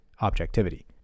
objectivity